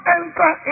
enter